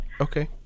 Okay